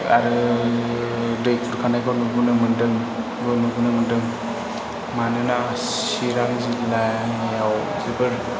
आरो दै खुरखानायखौ नुबोनो मोन्दों मानोना चिरां जिल्लायाव जोबोर